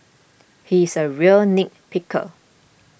he is a real nit picker